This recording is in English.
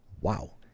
Wow